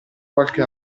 qualche